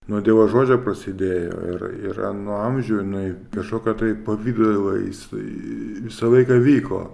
nuo dievo žodžio prasidėjo ir a yra nuo amžių jinai kažkokia tai pavidalais vai visą laiką vyko